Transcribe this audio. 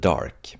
Dark